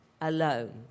alone